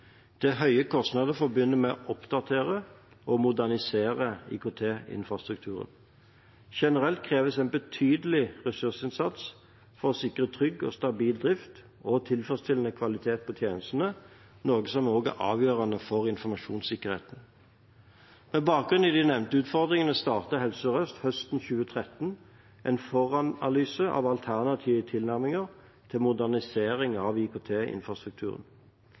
Det er høye kostnader forbundet med å oppdatere og modernisere IKT-infrastrukturen. Generelt kreves en betydelig ressursinnsats for å sikre trygg og stabil drift og tilfredsstillende kvalitet på tjenestene, noe som er avgjørende for informasjonssikkerheten. Med bakgrunn i de nevnte utfordringene startet Helse Sør-Øst høsten 2013 en foranalyse av alternative tilnærminger til modernisering av